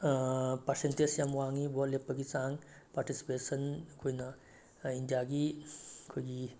percentage ꯌꯥꯝ ꯋꯥꯡꯏ vote ꯂꯦꯞꯄꯒꯤ ꯆꯥꯡ ꯄꯥꯔꯇꯤꯁꯤꯄꯦꯁꯟ ꯑꯩꯈꯣꯏꯅ ꯏꯟꯗꯤꯌꯥꯒꯤ ꯑꯩꯈꯣꯏꯒꯤ